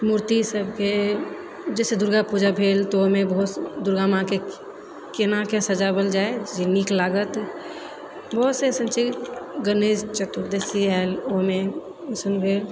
मूर्ति सबके जेना दुर्गा पूजा भेल तऽ ओहिमे बहुत दुर्गा माँके कोना कऽ सजाओल जाइ जे नीक लागत ईहो सब चीज गणेश चतुर्दशी आएल ओहिमे सब बेर